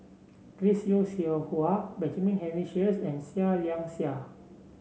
Chris Yeo Siew Hua Benjamin Henry Sheares and Seah Liang Seah